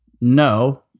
no